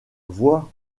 vois